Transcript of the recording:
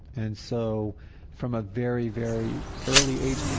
and so from a very, very early age,